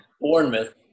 Bournemouth